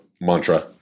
mantra